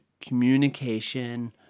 communication